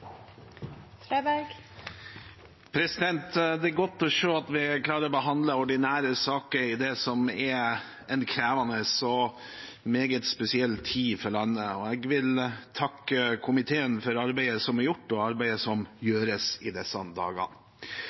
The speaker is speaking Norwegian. er avsluttet. Det er godt å se at vi klarer å behandle ordinære saker i det som er en krevende og meget spesiell tid for landet, og jeg vil takke komiteen for arbeidet som er gjort, og arbeidet som gjøres, i disse